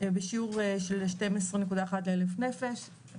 בשיעור של 12.1 אלף נפש,